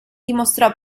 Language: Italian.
dimostrò